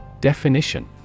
Definition